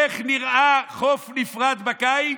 איך נראה חוף נפרד בקיץ?